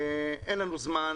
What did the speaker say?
אין לנו זמן.